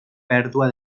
pèrdua